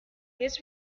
his